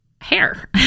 hair